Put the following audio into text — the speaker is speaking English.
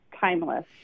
timeless